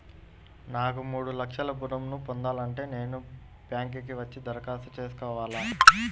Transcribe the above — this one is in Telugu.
నాకు మూడు లక్షలు ఋణం ను పొందాలంటే నేను బ్యాంక్కి వచ్చి దరఖాస్తు చేసుకోవాలా?